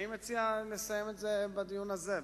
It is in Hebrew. אני מציע לסיים את זה בדיון הזה.